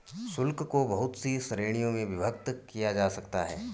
शुल्क को बहुत सी श्रीणियों में विभक्त किया जा सकता है